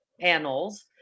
panels